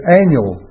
annual